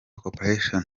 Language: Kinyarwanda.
corporation